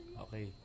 Okay